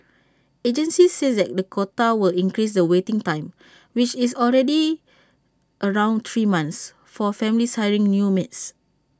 agencies said that the quota will increase the waiting time which is already around three months for families hiring new maids